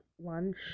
lunch